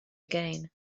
again